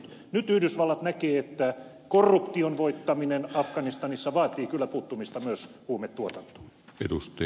nyt yhdysvallat näkee että korruption voittaminen afganistanissa vaatii kyllä puuttumista myös huumetuotantoon